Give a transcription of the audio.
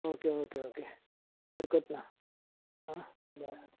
okay okay okay हरकत ना आं बरें